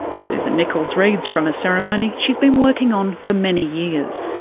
susan nicholls reads from a ceremony she's been working on for many years.